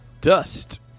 Dust